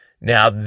Now